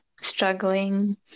struggling